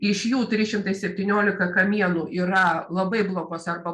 iš jų trys šimtai septyniolika kamienų yra labai blogos arba